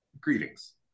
greetings